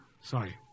Sorry